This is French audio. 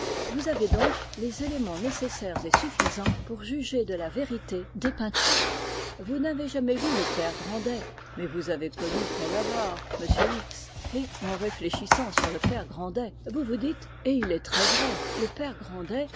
vous avez donc les éléments nécessaires et suffisants pour juger de la vérité des peintures vous n'avez jamais vu le père grandet mais vous avez connu tel avare m x et en réfléchissant sur le père grandet vous vous dites et il est très vrai le père grandet